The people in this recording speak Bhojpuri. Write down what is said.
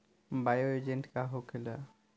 बायो एजेंट का होखेला?